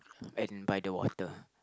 best don't buy the water